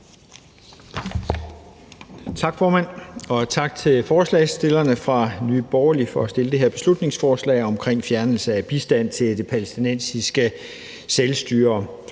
Tak, formand, og tak til forslagsstillerne fra Nye Borgerlige for at fremsætte det her beslutningsforslag omkring fjernelse af bistand til det palæstinensiske selvstyre.